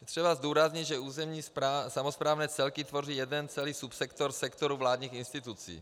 Je třeba zdůraznit, že územní samosprávné celky tvoří jeden celý subsektor sektoru vládních institucí.